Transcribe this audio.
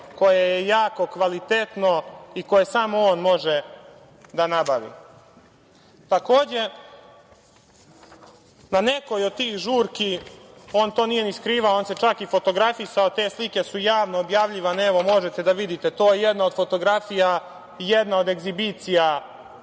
koje je jako kvalitetno i koje samo on može da nabavi. Takođe, na nekoj od tih žurki, on to nije ni skrivao, on se čak i fotografisao, te slike su javno objavljivane, evo, možete da vidite, to je jedna od fotografija, jedna od egzibicija